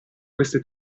queste